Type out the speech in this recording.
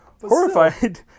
Horrified